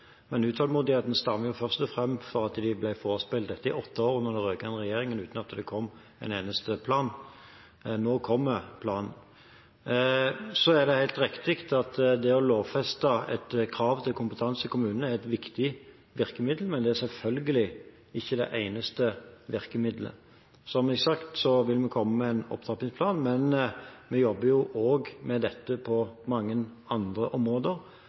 Men utålmodigheten stammer jo først og fremst fra at de ble forespeilet dette i åtte år under den rød-grønne regjeringen, uten at det kom en eneste plan. Nå kommer planen. Så er det helt riktig at det å lovfeste et krav til kompetanse i kommunen er et viktig virkemiddel, men det er selvfølgelig ikke det eneste virkemiddelet. Som jeg har sagt, vil vi komme med en opptrappingsplan, men vi jobber også med dette på mange andre områder.